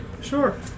Sure